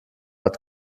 hat